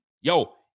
Yo